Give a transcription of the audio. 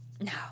No